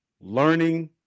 learning